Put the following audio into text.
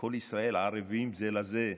כל ישראל ערבים זה לזה.